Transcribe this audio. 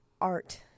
art